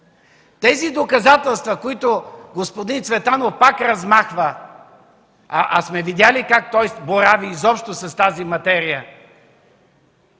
тези доказателства, които господин Цветанов пак размахва, а сме видели как той изобщо борави с тази материя,